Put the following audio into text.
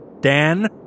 Dan